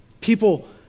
People